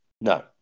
no